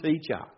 teacher